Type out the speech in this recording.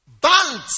bands